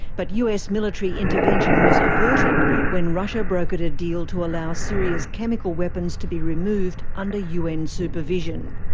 but us military intervention was averted when russia brokered a deal to allow syria's chemical weapons to be removed under un supervision.